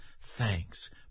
Thanks